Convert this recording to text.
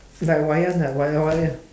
it's like wayang lah wayang wayang